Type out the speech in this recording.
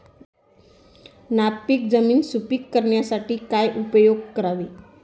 नापीक जमीन सुपीक करण्यासाठी काय उपयोग करावे?